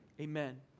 Amen